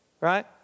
right